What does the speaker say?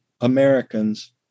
Americans